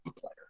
player